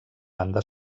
banda